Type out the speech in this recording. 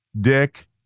Dick